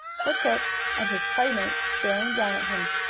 the cook and his playmates staring down at him.